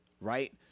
right